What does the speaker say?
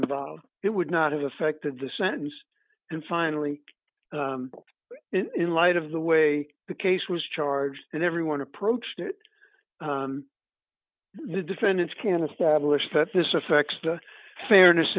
involved it would not have affected the sentence and finally in light of the way the case was charged and everyone approached it the defendants can establish that this affects the fairness